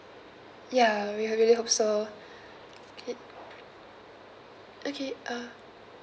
ya we really hope K okay uh